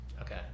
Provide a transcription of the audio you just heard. Okay